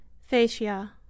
fascia